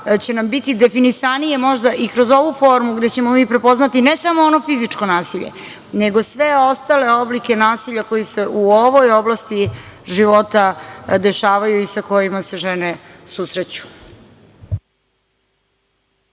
će nam biti definisanije možda i kroz ovu formu gde ćemo mi prepoznati ne samo ono fizičko nasilje, nego sve ostale oblike nasilja koji se u ovoj oblasti života dešavaju i sa kojima se žene susreću.